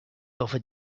over